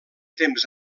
temps